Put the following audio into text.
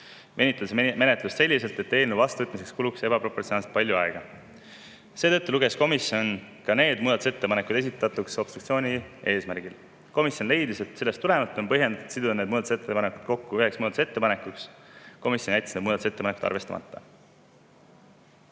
venitades menetlust selliselt, et eelnõu vastuvõtmiseks kuluks ebaproportsionaalselt palju aega. Seetõttu luges komisjon ka need muudatusettepanekud esitatuks obstruktsiooni eesmärgil. Komisjon leidis, et sellest tulenevalt on põhjendatud siduda need muudatusettepanekud kokku üheks muudatusettepanekuks. Komisjon jättis need muudatusettepanekud arvestamata.